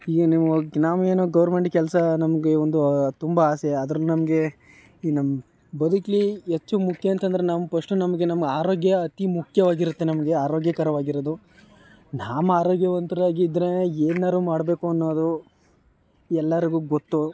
ಈಗ ನೀವು ಗ್ ನಾವೇನು ಗೌರ್ಮೆಂಟ್ ಕೆಲಸ ನಮಗೆ ಒಂದು ತುಂಬ ಆಸೆ ಆದರು ನಮಗೆ ಈ ನಮ್ಮ ಬದುಕಲ್ಲಿ ಹೆಚ್ಚು ಮುಖ್ಯ ಅಂತ ಅಂದ್ರೆ ನಮ್ಮ ಫಸ್ಟು ನಮಗೆ ನಮ್ಮ ಆರೋಗ್ಯ ಅತಿ ಮುಖ್ಯವಾಗಿರುತ್ತೆ ನಮಗೆ ಆರೋಗ್ಯಕರವಾಗಿರೋದು ನಾಮ ಆರೋಗ್ಯವಂತರಾಗಿ ಇದ್ದರೇನೆ ಏನಾದ್ರು ಮಾಡಬೇಕು ಅನ್ನೋದು ಎಲ್ಲರಿಗೂ ಗೊತ್ತು